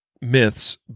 Myths